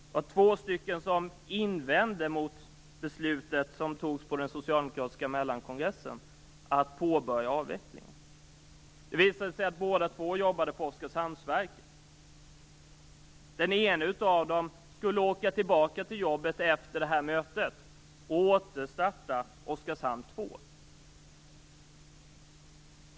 Det var två stycken som invände mot beslutet som fattades på den socialdemokratiska mellankongressen, dvs. att påbörja avvecklingen. Det visade sig att båda två jobbade på Oskarshamnsverket. Den ene av dem skulle åka tillbaka till jobbet efter mötet och återstarta Oskarshamn 2.